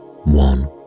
One